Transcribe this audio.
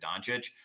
Doncic